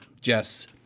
Jess